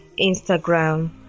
Instagram